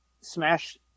smash